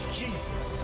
jesus